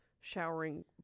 showering